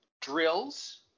drills